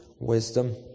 wisdom